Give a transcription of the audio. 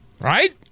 Right